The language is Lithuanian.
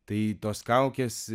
tai tos kaukės